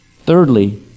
Thirdly